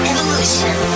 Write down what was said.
Evolution